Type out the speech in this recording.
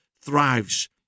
thrives